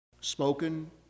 spoken